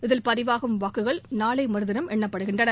இதில் பதிவாகும் வாக்குகள் நாளை மறுதினம் எண்ணப்படுகின்றன